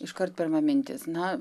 iškart pirma mintis na